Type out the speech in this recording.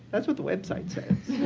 that's what the website says.